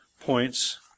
points